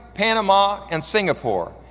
panama, and singapore.